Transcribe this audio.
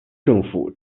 政府